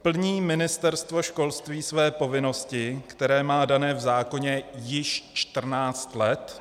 Plní Ministerstvo školství své povinnosti, které má dané v zákoně již čtrnáct let?